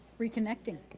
reconnecting.